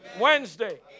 Wednesday